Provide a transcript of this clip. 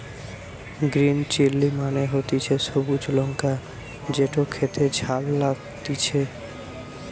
green chilli মানে হতিছে সবুজ লঙ্কা যেটো খেতে ঝাল লাগতিছে